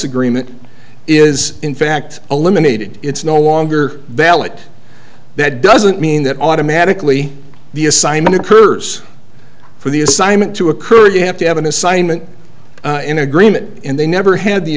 agreement is in fact eliminated it's no longer valid that doesn't mean that automatically the assignment occurs for the assignment to occur you have to have an assignment in agreement and they never had the